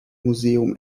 museum